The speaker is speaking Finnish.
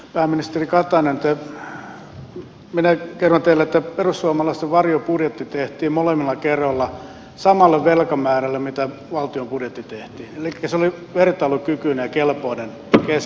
pääministeri katainen minä kerron teille että perussuomalaisten varjobudjetti tehtiin molemmilla kerroilla samalle velkamäärälle kuin valtion budjetti tehtiin elikkä se oli vertailukykyinen ja kelpoinen